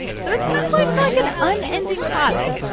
so it's kind of like but like an unending closet.